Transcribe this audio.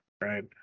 right